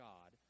God